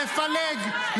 לפלג,